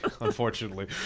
unfortunately